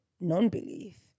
non-belief